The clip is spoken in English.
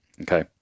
Okay